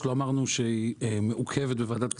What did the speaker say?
לא אמרנו שהיא מעוכבת בוועדת כספים,